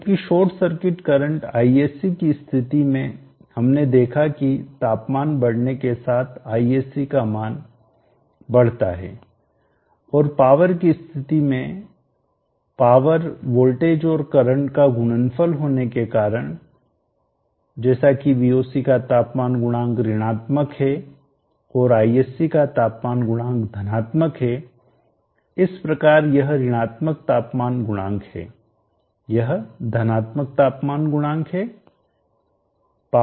जबकि short circuit current Isc की स्थिति में हमने देखा कि तापमान बढ़ने के साथ Isc का मान बढ़ता है और पावर की स्थिति में पावर वोल्टेज और करंट का गुणनफल होने के कारण जैसा कि Voc का तापमान गुणांक ऋणात्मक है और Isc का तापमान गुणांक धनात्मक है इस प्रकार यह ऋणात्मक तापमान गुणांक है यह धनात्मक तापमान गुणांक है